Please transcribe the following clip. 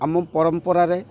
ଆମ ପରମ୍ପରାରେ